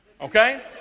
okay